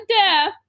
death